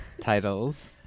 titles